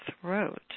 throat